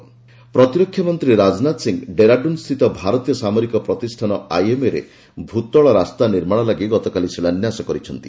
ରାଜନାଥ ସିଂହ ପ୍ରତିରକ୍ଷା ମନ୍ତ୍ରୀ ରାଜନାଥ ସିଂହ ଡେରାଡୁନ୍ ସ୍ଥିତ ଭାରତୀୟ ସାମରିକ ପ୍ରତିଷ୍ଠାନ ଆଇଏମ୍ଏରେ ଭୂତଳ ରାସ୍ତା ନିର୍ମାଣ ଲାଗି ଗତକାଲି ଶିଳାନ୍ୟାସ କରିଛନ୍ତି